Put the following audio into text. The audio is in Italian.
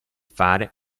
fare